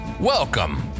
welcome